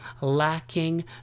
lacking